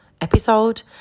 episode